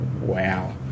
wow